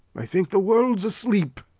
i think the world's asleep.